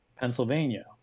Pennsylvania